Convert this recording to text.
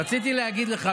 רציתי להגיד לך,